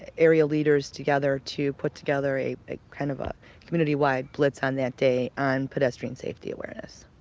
area leaders together to put together a a kind of a community wide blitz on that day on pedestrian safety awareness.